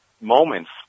moments